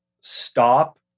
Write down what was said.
stop